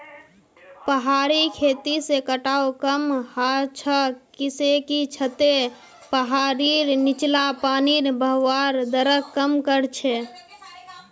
पहाड़ी खेती से कटाव कम ह छ किसेकी छतें पहाड़ीर नीचला पानीर बहवार दरक कम कर छे